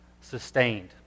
sustained